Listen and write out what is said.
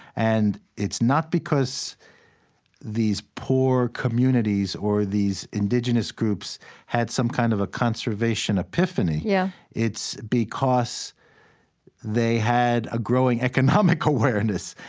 and it's not because these poor communities or these indigenous groups had some kind of a conservation epiphany. yeah it's because they had a growing economic awareness.